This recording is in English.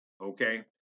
okay